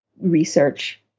research